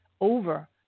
over